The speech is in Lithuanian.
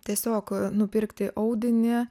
tiesiog nupirkti audinį